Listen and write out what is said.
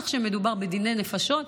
בטח כשמדובר בדיני נפשות,